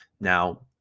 Now